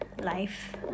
life